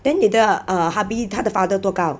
then 你的 err hubby 他的 father 多高